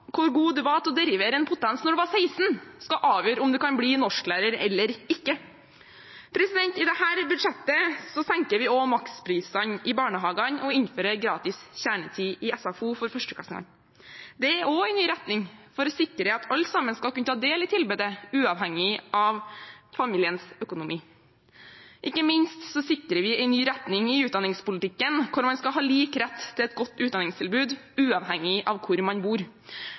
hvor god man var til å derivere en potens da man var 16 år, skal avgjøre om man kan bli norsklærer eller ikke. I dette budsjettet senker vi også maksprisene i barnehagene og innfører gratis kjernetid i SFO for 1. klasse. Det er også en ny retning for å sikre at alle sammen skal kunne ta del i tilbudet uavhengig av familiens økonomi. Ikke minst sikrer vi en ny retning i utdanningspolitikken, der man skal ha lik rett til et godt utdanningstilbud uavhengig av hvor man bor.